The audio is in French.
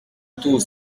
tout